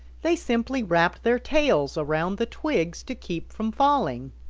they simply wrapped their tails around the twigs to keep from falling.